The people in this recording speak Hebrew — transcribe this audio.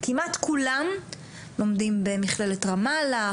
כמעט כולם לומדים במכללת רמאללה,